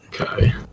Okay